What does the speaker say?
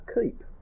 keep